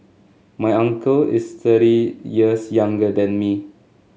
my uncle is thirty years younger than me